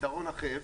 פתרון אחר,